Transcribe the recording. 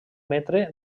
metre